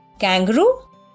kangaroo